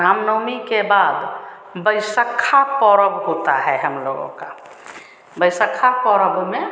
रामनवमी के बाद वैशक्खा परब होता है हमलोगों का वैशक्खा परब में